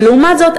ולעומת זאת,